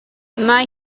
mae